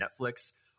Netflix